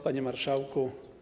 Panie Marszałku!